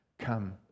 come